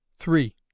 three